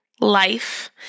life